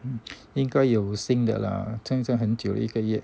嗯应该有新的啦现在很久一个月